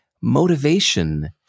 motivation